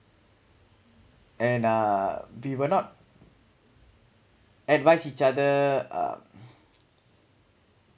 and uh we will not advise each other uh